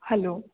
hello